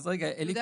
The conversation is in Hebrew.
יהודה.